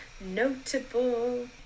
notable